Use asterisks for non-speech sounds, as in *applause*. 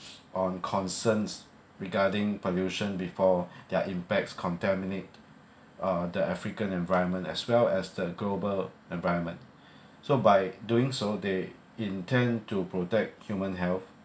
on concerns regarding pollution before *breath* their impacts contaminate uh the african environment as well as the global environment *breath* so by doing so they intend to protect human health